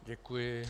Děkuji.